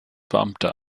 beamter